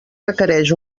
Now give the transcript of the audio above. requereix